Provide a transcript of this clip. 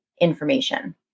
information